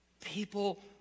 People